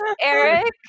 Eric